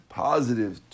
positive